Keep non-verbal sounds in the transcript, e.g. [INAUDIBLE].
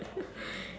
[LAUGHS]